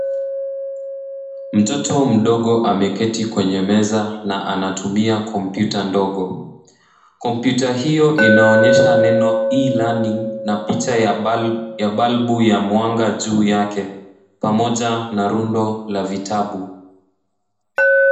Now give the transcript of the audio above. Mtoto mdogo ameketi kwenye meza na anatumia kompyuta ndogo. Kompyuta hiyo inaonyesha neno E-learning na picha ya balbu wa mwanga juu yake pamoja na rundo ya vitabu.